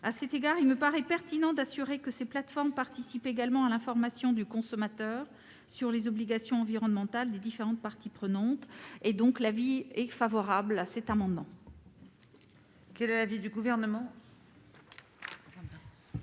À cet égard, il me paraît pertinent de garantir que ces plateformes participent également à l'information du consommateur sur les obligations environnementales des différentes parties prenantes. La commission a donc émis un avis favorable sur cet amendement. Quel est l'avis du Gouvernement ?